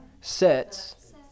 sets